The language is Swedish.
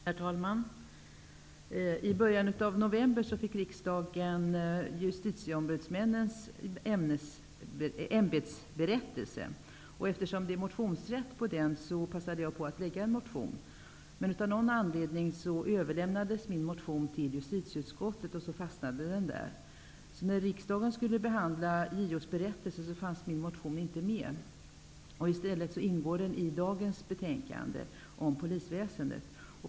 Herr talman! I början av november fick riksdagen Eftersom det är motionsrätt till den passade jag på att väcka en motion. Men av någon anledning överlämnades min motion till justitieutskottet, och så fastnade den där. Därför fanns min motion inte med när riksdagen skulle behandla JO:s berättelse. I stället ingår den i dagens betänkande, om polisväsendet.